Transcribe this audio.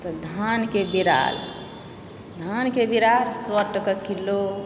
तऽ धानके बिरार धानके बिरार सए टके किलो